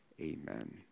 Amen